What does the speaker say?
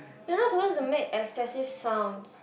you are not supposed to make excessive sounds